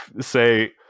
say